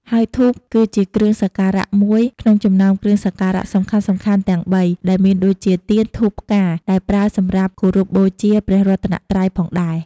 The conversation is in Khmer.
ហើយធូប គឺជាគ្រឿងសក្ការៈមួយក្នុងចំណោមគ្រឿងសក្ការៈសំខាន់ៗទាំងបីដែលមានដូចជាទៀន ធូប ផ្កា ដែលប្រើសម្រាប់គោរពបូជាព្រះរតនត្រ័យផងដែរ។